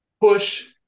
push